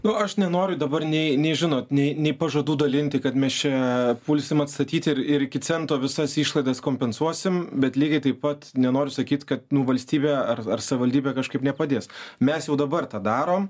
nu aš nenoriu dabar nė nežinot nei nei pažadų dalinti kad mes čia pulsim atstatyti ir iki cento visas išlaidas kompensuosim bet lygiai taip pat nenoriu sakyt kad nu valstybė ar savivaldybė kažkaip nepadės mes jau dabar tą darom